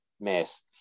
mess